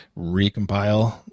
recompile